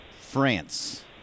France